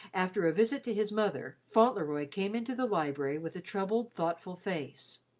after a visit to his mother, fauntleroy came into the library with a troubled, thoughtful face.